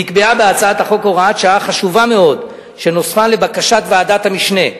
נקבעה בהצעת החוק הוראת שעה חשובה מאוד שנוספה לבקשת ועדת המשנה,